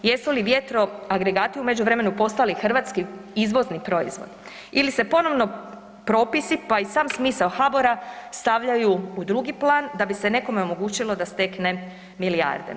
Jesu li vjetroagregati u međuvremenu postali hrvatski izvozni proizvod ili se ponovno propisi, pa i sam smisao HBOR-a stavljaju u drugi plan da bi se nekome omogućilo da stekne milijarde?